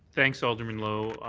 thanks, alderman lowe.